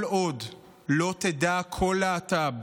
כל עוד לא תדע כל להט"ב